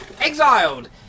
Exiled